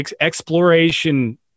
exploration